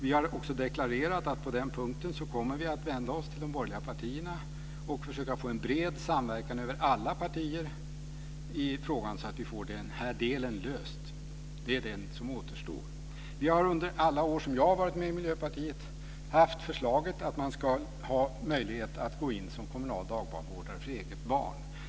Vi har också deklarerat att på den punkten kommer vi att vända oss till de borgerliga partierna för att få en bred samverkan över alla partier så att vi får den delen löst. Det är den som återstår. Under alla år som jag har varit med i Miljöpartiet har partiet haft förslaget att man ska ha möjlighet att gå in som kommunal dagbarnvårdare för eget barn.